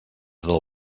del